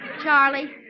Charlie